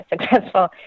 successful